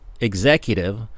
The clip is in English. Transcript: executive